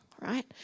right